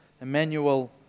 Emmanuel